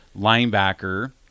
linebacker